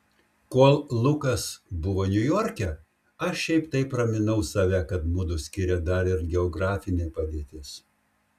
kol lukas buvo niujorke aš šiaip taip raminau save kad mudu skiria dar ir geografinė padėtis